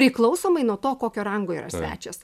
priklausomai nuo to kokio rango yra svečias